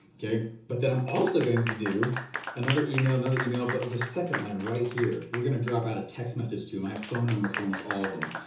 okay? but then i'm also going to do another email, another email, but the second line right here, we're going to drop out a text message to my phone numbers for almost all of them.